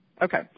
Okay